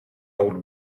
old